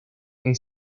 que